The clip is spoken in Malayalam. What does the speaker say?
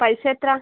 പൈസ എത്ര